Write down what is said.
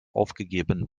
aufgegeben